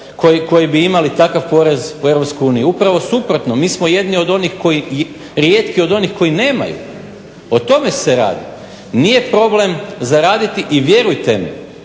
koji bi imali takav porez u EU. Upravo suprotno. Mi smo jedini i rijetki od onih koji nemaju, o tome se rad. Nije problem zaraditi i vjerujete mi